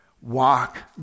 walk